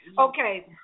Okay